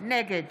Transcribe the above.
נגד